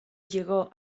llegó